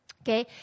okay